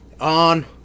on